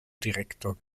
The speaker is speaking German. director